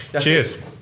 cheers